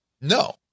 No